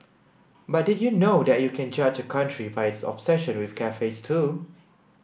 but did you know that you can judge a country by its obsession with cafes too